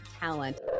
talent